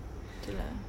itu lah